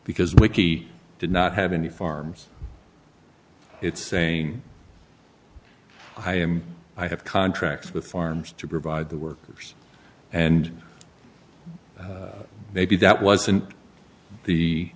because wiki did not have any farms it's saying i am i have contracts with farms to provide the workers and maybe that wasn't the